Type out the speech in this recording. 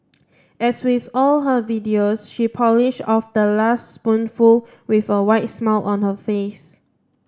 as with all her videos she polished off the last spoonful with a wide smile on her face